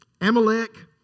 Amalek